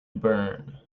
burn